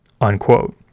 Unquote